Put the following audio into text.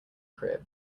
crib